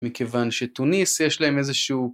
מכיוון שטוניס יש להם איזשהו